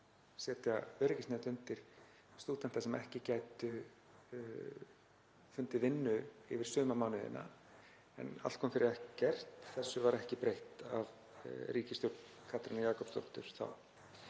setja öryggisnet undir stúdenta sem ekki gætu fundið vinnu yfir sumarmánuðina en allt kom fyrir ekki, þessu var ekki breytt af ríkisstjórn Katrínar Jakobsdóttur þá.